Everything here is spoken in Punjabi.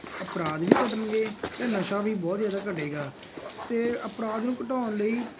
ਅਪਰਾਧ ਵੀ ਘਟਣਗੇ ਅਤੇ ਨਸ਼ਾ ਵੀ ਬਹੁਤ ਜ਼ਿਆਦਾ ਘਟੇਗਾ ਅਤੇ ਅਪਰਾਧ ਨੂੰ ਘਟਾਉਣ ਲਈ